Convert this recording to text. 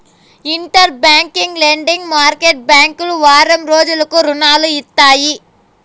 inter bank lending market బ్యాంకులు వారం రోజులకు రుణాలు ఇస్తాయి